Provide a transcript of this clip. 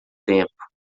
tempo